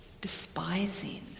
despising